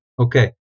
Okay